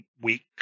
week